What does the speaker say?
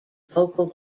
vocal